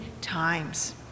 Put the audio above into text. times